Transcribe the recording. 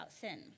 sin